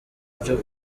byo